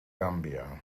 gambia